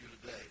today